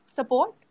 Support